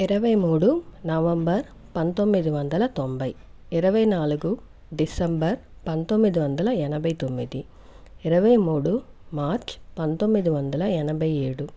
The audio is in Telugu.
ఇరవై మూడు నవంబర్ పంతొమ్మిది వందల తొంభై ఇరవై నాలుగు డిసెంబర్ పంతొమ్మిది వందల ఎనభై తొమ్మిది ఇరవై మూడు మార్చ్ పంతొమ్మిది వందల ఎనభై ఏడు